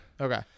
Okay